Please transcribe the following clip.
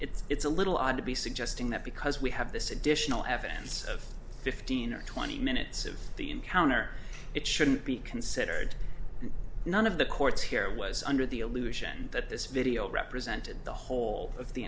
it's a little odd to be suggesting that because we have this additional evidence of fifteen or twenty minutes of the encounter it shouldn't be considered none of the courts here was under the illusion that this video represented the whole of the